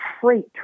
freight